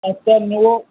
একটা নেব